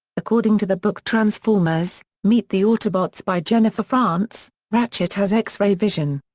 according to the book transformers meet the autobots by jennifer frantz, ratchet has x-ray vision.